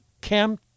Cam